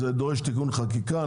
זה דורש תיקון חקיקה,